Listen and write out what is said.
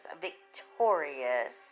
victorious